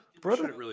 Brother